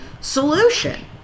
solution